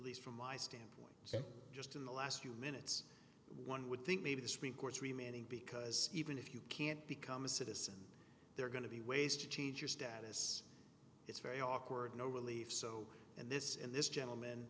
least from my standpoint just in the last few minutes one would think maybe this recourse remaining because even if you can't become a citizen they're going to be ways to change your status it's very awkward no relief so and this in this gentleman